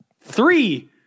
Three